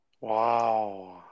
wow